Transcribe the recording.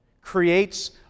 creates